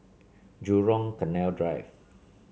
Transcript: Jurong Canal Drive